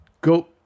go